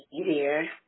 easier